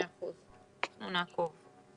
בסדר גמור.